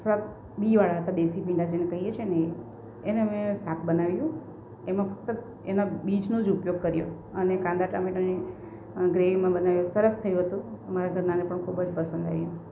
થોડાક બી વાળા હતા દેશી ભીંડા જેને કઈએ છેને એ એને મેં શાક બનાવ્યું એમાં ફક્ત એમાં બીજનો જ ઉપયોગ કર્યો અને કાંદા ટામેટાંની ગ્રેવીમાં બનાયું સરસ થયું હતું અમારા ઘરના ને પણ ખૂબ જ પસંદ આયવુ